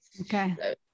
Okay